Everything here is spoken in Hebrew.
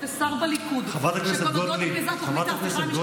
ידע כל חבר כנסת ושר בליכוד שכל עוד לא נגנזה ההפיכה המשטרית,